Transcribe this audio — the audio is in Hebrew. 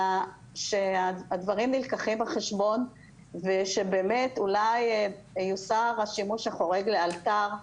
שהדברים נלקחים בחשבון ושבאמת אולי יוסר השימוש החורג לאלתר,